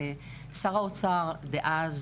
שר האוצר דאז,